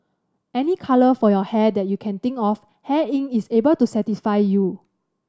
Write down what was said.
any colour for your hair that you can think of Hair Inc is able to satisfy you